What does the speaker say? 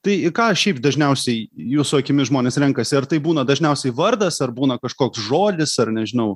tai ką šiaip dažniausiai jūsų akimis žmonės renkasi ar tai būna dažniausiai vardas ar būna kažkoks žodis ar nežinau